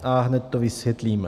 A hned to vysvětlím.